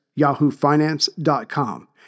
yahoofinance.com